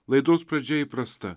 laidos pradžia įprasta